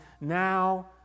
now